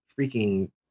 freaking